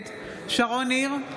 נגד שרון ניר,